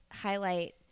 highlight